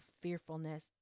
fearfulness